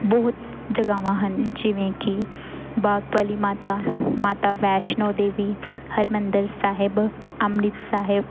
ਬਹੁਤ ਜਗ੍ਹਾਵਾਂ ਹਨ ਜਿਵੇਂ ਕਿ ਬਾਗ ਵਾਲੀ ਮਾਤਾ ਮਾਤਾ ਵੈਸ਼ਨੋ ਦੇਵੀ ਹਰਿਮੰਦਰ ਸਾਹਿਬ ਅੰਮ੍ਰਿਤ ਸਾਹਿਬ